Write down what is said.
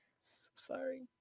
sorry